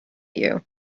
you